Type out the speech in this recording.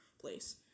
place